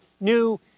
new